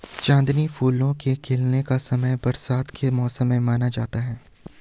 चांदनी फूल के खिलने का समय बरसात के मौसम को माना जाता है